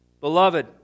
Beloved